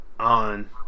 On